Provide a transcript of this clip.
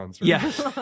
Yes